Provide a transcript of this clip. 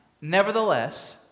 Nevertheless